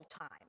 time